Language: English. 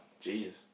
Jesus